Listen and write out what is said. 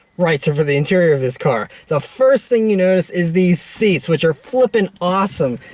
right! so, for the interior of this car. the first thing you notice is these seats, which are flippin' awesome!